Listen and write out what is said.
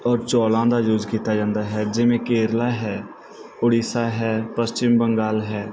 ਔਰ ਚੌਲਾਂ ਦਾ ਯੂਜ਼ ਕੀਤਾ ਜਾਂਦਾ ਹੈ ਜਿਵੇਂ ਕੇਰਲਾ ਹੈ ਉੜੀਸਾ ਹੈ ਪਸ਼ਚਿਮ ਬੰਗਾਲ ਹੈ